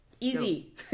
Easy